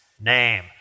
name